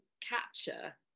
capture